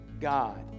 God